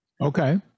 Okay